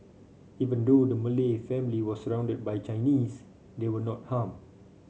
even though the Malay family was surrounded by Chinese they were not harmed